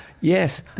yes